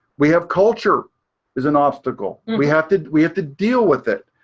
we have culture is an obstacle. we have to we have to deal with it.